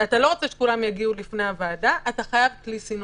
אתה לא רוצה שכולם יגיעו בפני הוועדה ולכן אתה חייב כלי סינון.